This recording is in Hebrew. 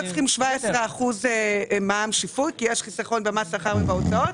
לא צריכים 17% מע"מ שיפוי כי יש חיסכון במס שכר ובהוצאות,